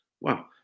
wow